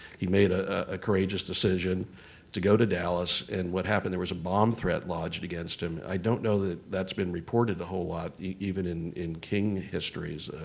he made ah a courageous decision to go to dallas. and what happened, there was a bomb threat lodged against him. i don't know that that's been reported the whole lot, even in in king histories,